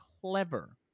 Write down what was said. clever